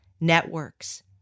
networks